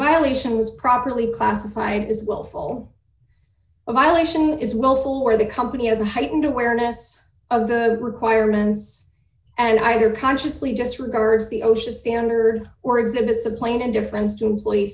violation was properly classified as well full of violation is willful where the company has a heightened awareness of the requirements and either consciously just regards the osha standard or exhibits a plain indifference to employees